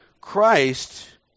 Christ